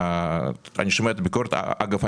אגב,